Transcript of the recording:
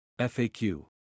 FAQ